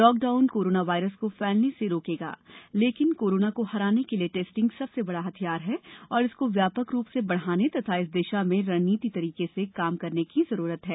lockdown corona virus को फैलने से रोकेगा लेकिन कोरोना को हराने के लिए टेस्टिंग सबसे बड़ा हथियार है और इसको व्यापक रूप से बढ़ाने तथा इस दिशा में रणनीतिक तरीके से काम करने की ज़रूरत है